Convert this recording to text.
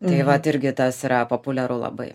tai vat irgi tas yra populiaru labai